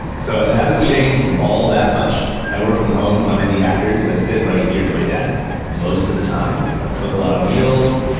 so it hasn't changed all that much. i work from home on indie hackers. i sit right here at my desk most of the time. i cook a lot of meals.